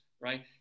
right